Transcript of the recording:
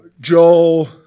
Joel